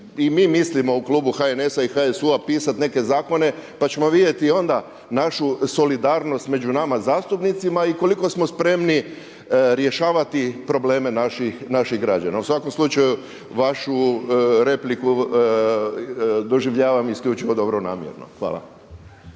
i mi mislimo u klubu HNS-a i HSU-a pisati neke zakone pa ćemo vidjeti onda našu solidarnost među nama zastupnicima i koliko smo spremni rješavati probleme naših građana. U svakom slučaju vašu repliku doživljavam isključivo dobronamjerno. Hvala.